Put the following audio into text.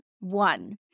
One